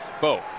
Bo